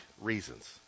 reasons